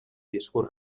discurs